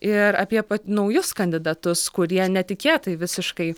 ir apie naujus kandidatus kurie netikėtai visiškai